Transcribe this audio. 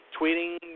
tweeting